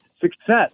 success